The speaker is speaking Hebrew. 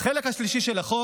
החלק השלישי של החוק,